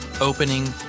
opening